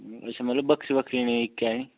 अच्छा मतलब बक्खरियां बक्खरियां नेईं इक्कै न